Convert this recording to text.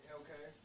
okay